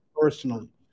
personally